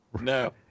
no